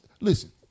listen